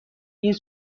این